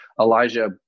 Elijah